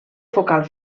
focal